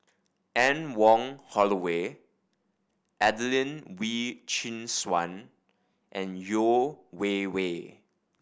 Anne Wong Holloway Adelene Wee Chin Suan and Yeo Wei Wei